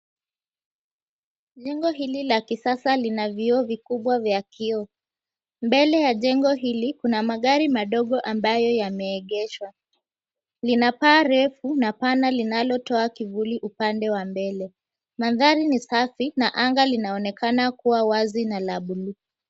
Jengo hili la kisasa lina vioo kubwa za vioo, mbele ya jengo hili kuna magari ambayo yameegeshwa, lina paa refu na pana linalotoa kivuli upande wa mbele maandhari ni safi na anga linaonekana kuwa wazi na la blue .